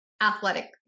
athletic